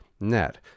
net